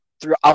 throughout